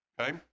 Okay